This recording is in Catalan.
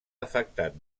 afectat